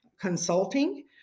Consulting